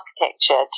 architecture